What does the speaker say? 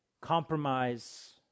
compromise